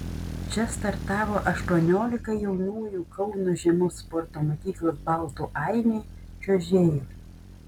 čia startavo aštuoniolika jaunųjų kauno žiemos sporto mokyklos baltų ainiai čiuožėjų